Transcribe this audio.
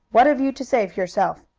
what have you to say for yourself?